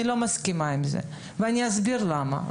אני לא מסכימה עם הדברים ואני אסביר למה,